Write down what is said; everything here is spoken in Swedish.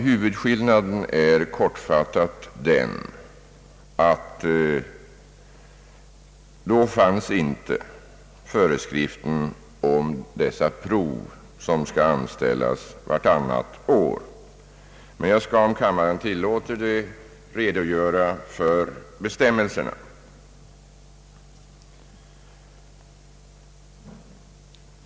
Huvudskilinaden i jämförelse med nuvarande bestämmelser är i korthet den att tidigare fanns inte föreskriften om att prov skulle anställas vartannat år, men jag skall, om kammaren tillåter det, redogöra för bestämmelserna.